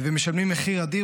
ומשלמים מחיר אדיר,